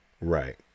right